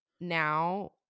now